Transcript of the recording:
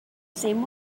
same